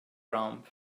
ramp